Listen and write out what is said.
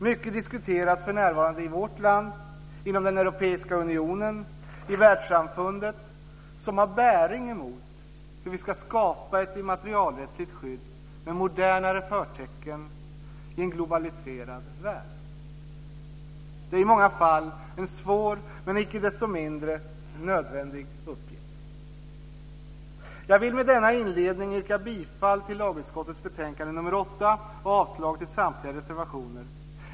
Det diskuteras för närvarande i vårt land, inom den europeiska unionen och i världssamfundet mycket som har bäring på hur vi ska skapa ett immaterialrättsligt skydd med modernare förtecken i en globaliserad värld. Det är i många fall en svår men inte desto mindre nödvändig uppgift. Jag vill med denna inledning yrka bifall till hemställan i lagutskottets betänkande nr 8 och avslag på samtliga reservationer.